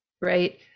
right